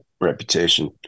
reputation